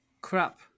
crap